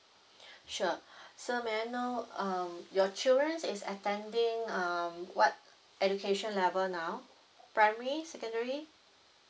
sure so may I know uh your children is extending uh what education level now primary secondary